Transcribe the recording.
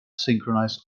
synchronize